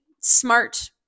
smart